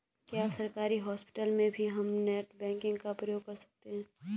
क्या सरकारी हॉस्पिटल में भी हम नेट बैंकिंग का प्रयोग कर सकते हैं?